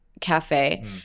Cafe